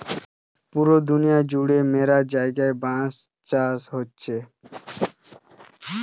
পুরা দুনিয়া জুড়ে ম্যালা জায়গায় বাঁশ চাষ হতিছে